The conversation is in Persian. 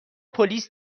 پلیس